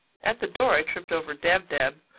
at the door i tripped over dab-dab,